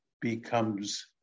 becomes